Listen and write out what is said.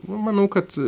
nu manau kad